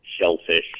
shellfish